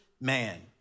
man